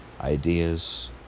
ideas